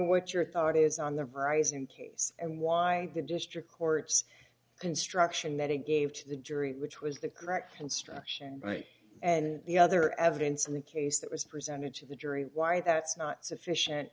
what your thought is on the rise in case and why the district court's instruction that it gave to the jury which was the correct construction right and the other evidence in the case that was presented to the jury why that's not sufficient